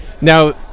now